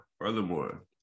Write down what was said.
furthermore